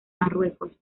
marruecos